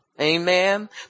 Amen